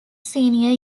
senior